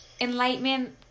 enlightenment